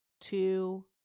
two